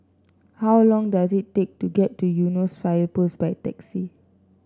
how long does it take to get to Eunos Fire Post by taxi